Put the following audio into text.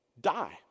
die